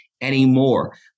anymore